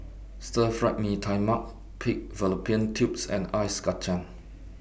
Stir Fried Mee Tai Mak Pig Fallopian Tubes and Ice Kacang